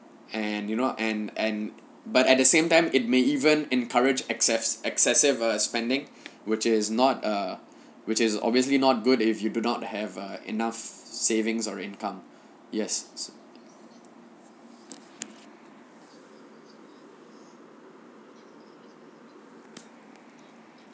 and you know and and but at the same time it may even encourage excess excessive uh spending which is not uh which is obviously not good if you do not have uh enough savings or income yes